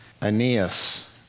Aeneas